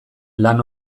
lan